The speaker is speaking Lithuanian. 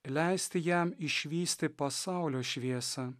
leisti jam išvysti pasaulio šviesą